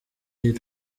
iyi